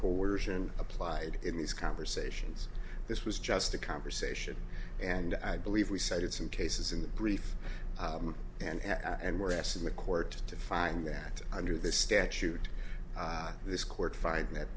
coercion applied in these conversations this was just a conversation and i believe we cited some cases in that brief and and we're asking the court to find that under this statute this court fied that